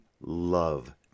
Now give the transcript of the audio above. love